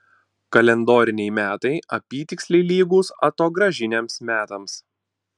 kalendoriniai metai apytiksliai lygūs atogrąžiniams metams